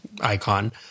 Icon